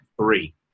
three